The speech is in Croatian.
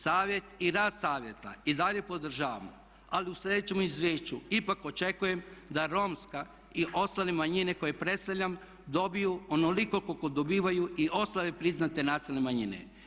Savjet i rad savjeta i dalje podržavam ali u sljedećem izvješću ipak očekujem da Romska i ostale manjine koje predstavljam dobiju onoliko koliko dobivaju i ostale priznate nacionalne manjine.